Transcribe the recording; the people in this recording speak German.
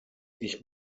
ich